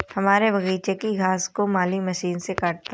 हमारे बगीचे की घास को माली मशीन से काटता है